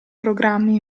programmi